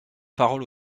parole